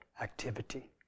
activity